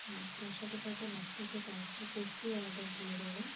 হ্যাঁ তার সাথে সাথে ভাবছি যে কয়েকটা কুর্তিও অর্ডার দিয়ে দেবো